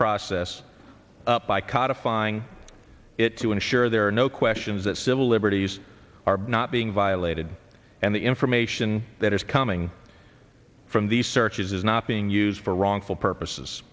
firing it to ensure there are no questions that civil liberties are not being violated and the information that is coming from these searches is not being used for wrongful purposes